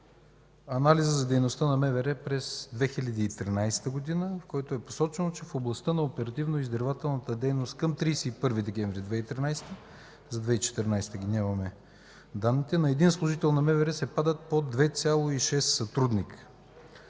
анализа за дейността на МВР през 2013 г., в който е посочено, че в областта на оперативно-издирвателната дейност към 31 декември 2013 г., за 2014 г. ги нямаме данните, на един служител на МВР се падат по 2,6 сътрудника.